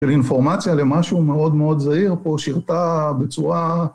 של אינפורמציה למשהו מאוד מאוד זהיר פה שירתה בצורה